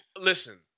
Listen